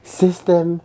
system